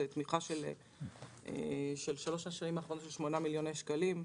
זה תמיכה בשלוש השנים האחרונות של 8 מיליון שקלים.